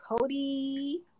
Cody